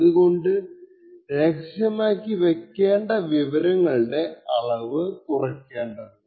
അതുകൊണ്ട് രഹസ്യമാക്കി വയ്ക്കേണ്ട വിവരങ്ങളുടെ അളവ് കുറക്കേണ്ടതുണ്ട്